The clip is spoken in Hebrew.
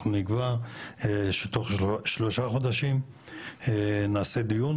אנחנו נקבע שתוך שלושה חודשים נעשה דיון,